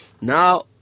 now